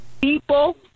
People